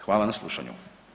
Hvala na slušanju.